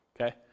okay